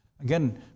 Again